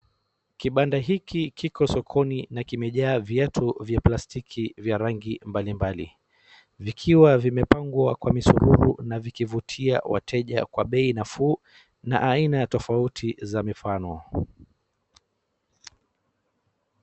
Kibanda hiki kiko sokoni na kimejaa viatu vya plastiki vya rangi mbalimbali, vikiwa vimepangwa kwa misuluhu na vikivutia wateja kwa bei nafuu, na aina tofauti za mifano.